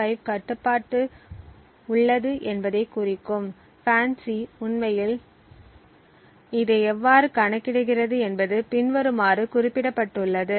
5 கட்டுப்பாடு உள்ளது என்பதைக் குறிக்கும் FANCI உண்மையில் இதை எவ்வாறு கணக்கிடுகிறது என்பது பின்வருமாறு குறிப்பிடப்பட்டுள்ளது